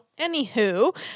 Anywho